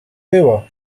było